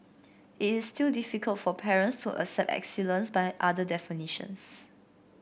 it is still difficult for parents to accept excellence by other definitions